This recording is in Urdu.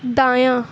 دایاں